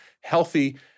healthy